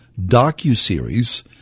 docu-series